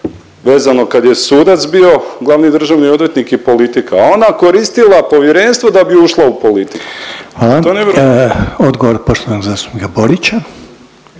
vezano kad je sudac bio glavni državni odvjetnik i politika, a ona koristila povjerenstvo da bi ušla u politiku. …/Upadica Željko